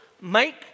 make